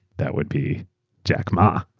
that would be jack ma,